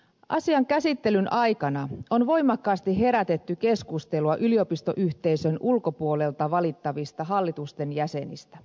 asian käsittelyn aikana on voimakkaasti herätetty keskustelua yliopistoyhteisön ulkopuolelta valittavista hallitusten jäsenistä